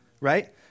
right